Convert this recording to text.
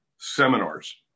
seminars